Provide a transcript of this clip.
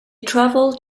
traveled